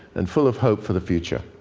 and full of hope for the future.